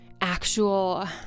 actual